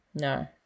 No